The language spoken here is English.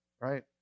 right